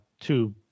two